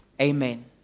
Amen